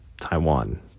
Taiwan